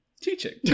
teaching